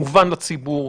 מובן לציבור,